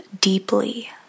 deeply